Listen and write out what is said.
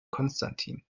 konstantin